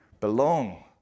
belong